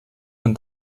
man